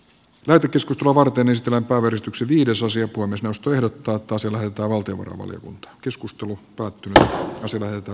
petri keskitalo varten ystävän palvelus lxeviidesosia kunnes mustui mutta toisella ja valtiovarainvaliokunta keskustelu tuo tyttö on annettava lausunto